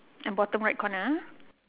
bottom right corner ah